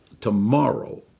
Tomorrow